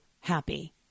happy